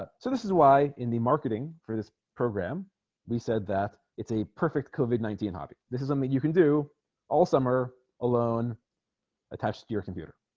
but so this is why in the marketing for this program we said that it's a perfect kovach nineteen harvey this is something i mean you can do all summer alone attached to your computer